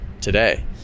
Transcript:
today